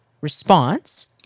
response